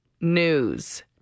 news